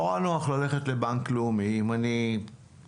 נורא נוח ללכת לבנק לאומי אם אני